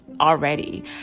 already